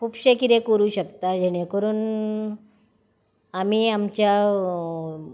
खुबशे कितें करूंक शकता जेणे करून आमी आमच्या